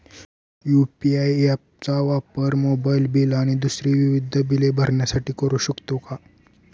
UPI app चा वापर mobile bill आणि दुसरी विविध बिले भरण्यासाठी करू शकतो का?